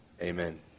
Amen